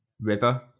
river